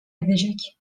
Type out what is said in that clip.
edecek